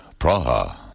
Praha